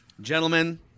gentlemen